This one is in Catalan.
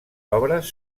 obres